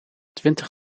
twintig